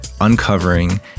uncovering